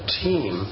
team